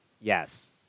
Yes